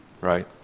right